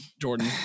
Jordan